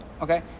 okay